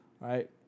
right